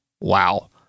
wow